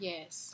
Yes